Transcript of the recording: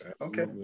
Okay